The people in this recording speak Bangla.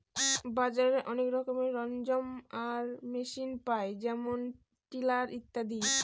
বাজারে অনেক রকমের সরঞ্জাম আর মেশিন পায় যেমন টিলার ইত্যাদি